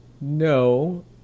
No